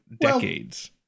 decades